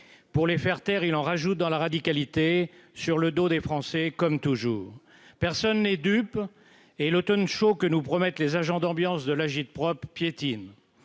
pour les faire taire, il en rajoute dans la radicalité sur le dos des Français, comme toujours, personne n'est dupe et l'Automne chaud que nous promettent les agents d'ambiance de l'agit-prop piétine